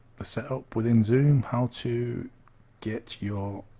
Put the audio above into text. the setup within zoom how to get your